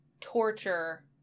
torture